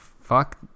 Fuck